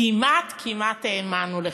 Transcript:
כמעט האמנו לך.